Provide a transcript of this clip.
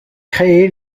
créée